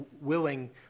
willing